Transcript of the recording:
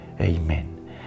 Amen